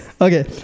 Okay